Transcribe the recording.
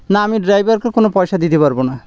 না আমি ড্রাইভারকে কোনো পয়সা দিতে পারব না